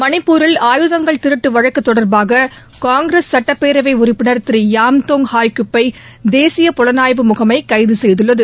மணிப்பூரில் ஆயுதங்கள் திருட்டு வழக்கு தொடர்பாக காங்கிரஸ் சட்டப்பேரவை உறுப்பினர் திரு யாம்தோய் ஹவோகிப் யை தேசிய புலணாய்வு முகமை கைது செய்துள்ளது